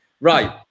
Right